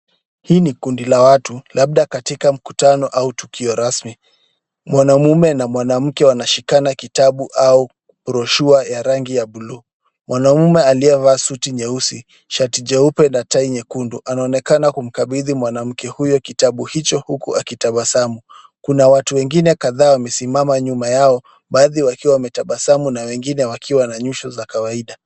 Hii ni kundi la watu labda katika mkutano au tukio rasmi. Mwanamume na mwanamke wanashikana kitabu au brochure ya rangi ya buluu. Mwanamume aliyevaa suti nyeusi , shati jeupe na tai nyekundu anaonekana kumkabidhi mwanamke huyu kitabu hicho huku akitabasamu. Kuna watu wengine kadhaa wamesimama nyuma yao baadhi wakiwa wametabasamu na wengine wakiwa na nyuso za kawaida.